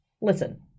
listen